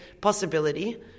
possibility